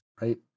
Right